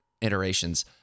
iterations